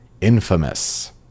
infamous